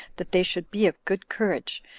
that they should be of good courage,